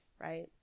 right